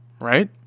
Right